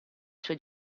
suoi